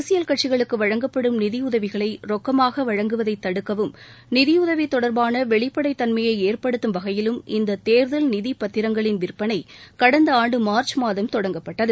அரசியல் கட்சிகளுக்கு வழங்கப்படும் நிதியுதவிகளை ரொக்கமாக வழங்குவதை தடுக்கவும் நிதியுதவி தொடர்பான வெளிப்படைத் தன்மையை ஏற்படுத்தும் வகையிலும் இந்த தேர்தல் நிதி பத்திரங்களின் விற்பனை கடந்த ஆண்டு மார்ச் மாதம் தொடங்கப்பட்டது